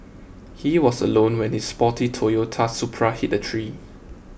he was alone when his sporty Toyota Supra hit a tree